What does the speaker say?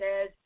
says